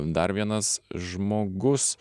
dar vienas žmogus